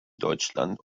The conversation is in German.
deutschland